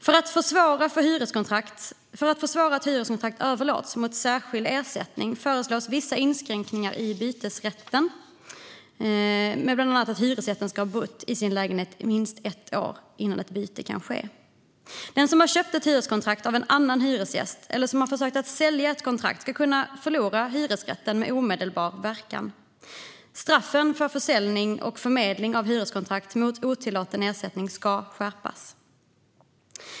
För att försvåra överlåtelse av hyreskontrakt mot särskild ersättning föreslås vissa inskränkningar i bytesrätten, bland annat att hyresgästen ska ha bott i sin lägenhet i minst ett år innan ett byte kan ske. Den som har köpt ett hyreskontrakt av en annan hyresgäst eller försökt sälja ett kontrakt ska kunna förlora hyresrätten med omedelbar verkan. Straffen för försäljning och förmedling av hyreskontrakt mot otillåten ersättning ska skärpas.